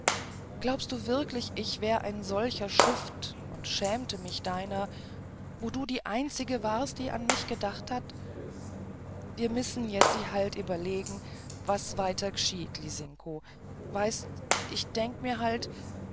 glaubst du wirklich ich wär ein solcher schuft und schämte mich deiner wo du die einzige warst die an mich gedacht hat mir missen jetzi klar ieberlegen was weiter geschieht lisinko weißt d ich denk mir halt